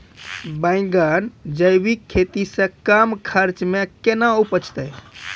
बैंगन जैविक खेती से कम खर्च मे कैना उपजते?